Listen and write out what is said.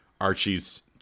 Archie's